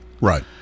right